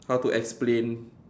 how to explain